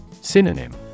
Synonym